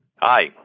Hi